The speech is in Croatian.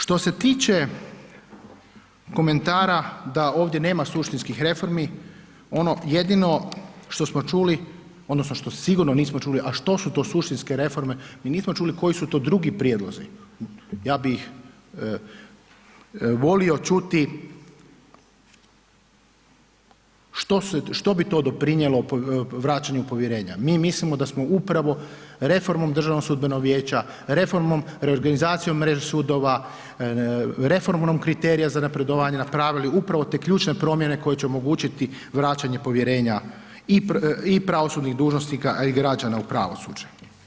Što se tiče komentara da ovdje nema suštinskih reformi, ono jedino što smo čuli odnosno što sigurno nismo čuli, a što su to suštinske reforme, mi nismo čuli koji su to drugi prijedlozi, ja bi ih volio čuti, što bi to doprinijelo vraćanju povjerenja, mi mislimo da smo upravo reformom Državnog sudbenog vijeća, reformom reorganizacijom mreže sudova, reformom kriterija za napredovanje napravili upravo te ključne promjene koje će omogućiti vraćanje povjerenja i pravosudnih dužnosnika, a i građana u pravosuđe.